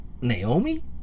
Naomi